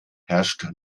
herrscht